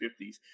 1950s